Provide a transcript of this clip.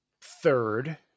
third